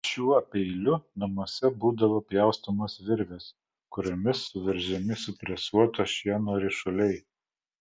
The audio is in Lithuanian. šiuo peiliu namuose būdavo pjaustomos virvės kuriomis suveržiami supresuoto šieno ryšuliai